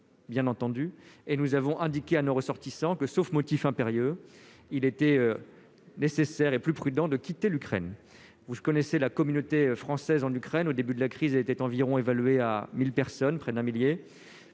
bien entendu, et nous avons indiqué à nos ressortissants que sauf motif impérieux, il était nécessaire et plus prudent de quitter l'Ukraine, vous ne connaissez la communauté française en Ukraine, au début de la crise étaient environ, évalué à 1000 personnes près d'un millier